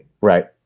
Right